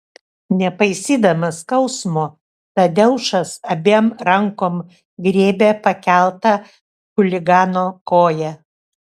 nepaisydamas skausmo tadeušas abiem rankom griebė pakeltą chuligano koją